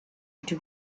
into